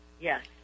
Yes